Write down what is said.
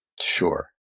Sure